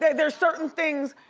there's certain things,